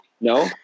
No